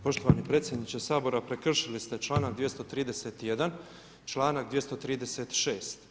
Poštovani predsjedniče Sabora prekršili ste članak 231., članak 236.